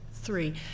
three